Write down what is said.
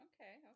Okay